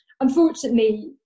Unfortunately